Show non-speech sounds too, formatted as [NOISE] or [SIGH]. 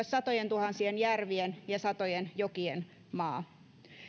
[UNINTELLIGIBLE] satojentuhansien järvien ja satojen jokien maa